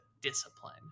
discipline